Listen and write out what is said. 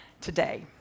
today